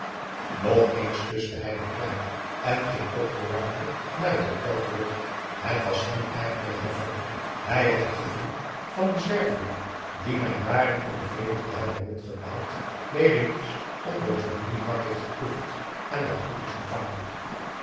nog eens kuste hij den kleine en ging opgeruimder p a daum hoe hij raad van indië werd onder ps maurits naar het hotel terug het was hem erg meegevalvallen hij had het gevoel van een zwerveling die na jaren in den vreemde te hebben rondgedwaald weer eens onder het familiedak heeft vertoefd en daar goed is ontvangen